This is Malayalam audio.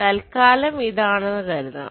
തത്കാലം ഇതാണെന്ന് കരുതാം